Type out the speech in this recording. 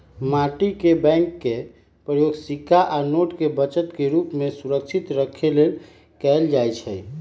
माटी के बैंक के प्रयोग सिक्का आ नोट के बचत के रूप में सुरक्षित रखे लेल कएल जाइ छइ